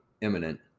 imminent